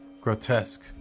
grotesque